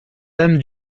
dame